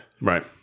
Right